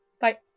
Bye